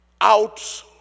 out